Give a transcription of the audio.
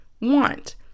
want